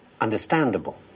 Understandable